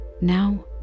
Now